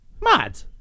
mad